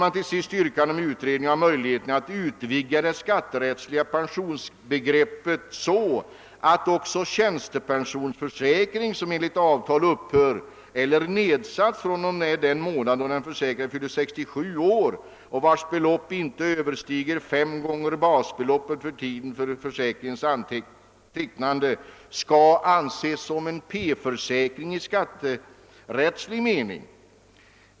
Det har yrkats på en utredning om ut vidgande av det skatterättsliga pensionsbegreppet så att också tjänstepensionsförsäkring, som enligt avtal upphör eller nedsätts fr.o.m. den månad då den försäkrade fyller 67 år och vars årsbelopp inte överstiger fem gånger basbeloppet vid tiden för försäkringens tecknande, skall anses som P-försäkring i skatterättslig mening.